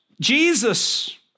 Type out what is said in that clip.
Jesus